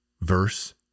Verse